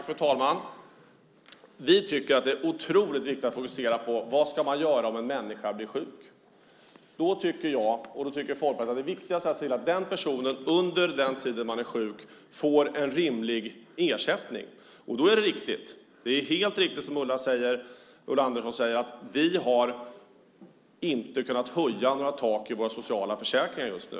Fru talman! Vi tycker att det är otroligt viktigt att fokusera på vad man ska göra om en människa blir sjuk. Då tycker jag och Folkpartiet att det är viktigast att se till att den personen under den tiden han är sjuk får en rimlig ersättning. Det är helt riktigt som Ulla Andersson säger, att vi inte har kunnat höja några tak i våra sociala försäkringar just nu.